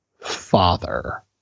father